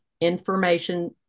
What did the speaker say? Information